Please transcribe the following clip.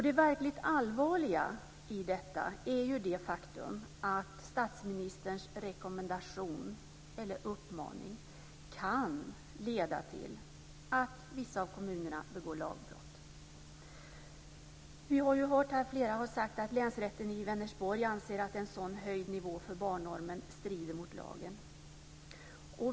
Det verkligt allvarliga i detta är det faktum att statsministerns rekommendation, eller uppmaning, kan leda till att vissa kommuner begår lagbrott. Vi har hört här att flera har sagt att Länsrätten i Vänersborg anser att en sådan höjd nivå för barnnormen strider mot lagen.